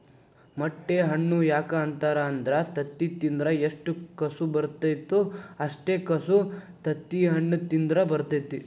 ಮೊಟ್ಟೆ ಹಣ್ಣು ಯಾಕ ಅಂತಾರ ಅಂದ್ರ ತತ್ತಿ ತಿಂದ್ರ ಎಷ್ಟು ಕಸು ಬರ್ತೈತೋ ಅಷ್ಟೇ ಕಸು ತತ್ತಿಹಣ್ಣ ತಿಂದ್ರ ಬರ್ತೈತಿ